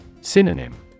Synonym